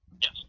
Yes